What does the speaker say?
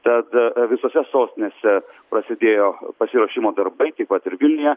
tad visose sostinėse prasidėjo pasiruošimo darbai taip pat ir vilniuje